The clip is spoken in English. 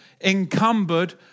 encumbered